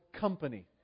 company